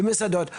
ומסעדות,